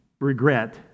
regret